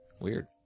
Weird